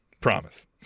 promise